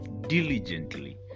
diligently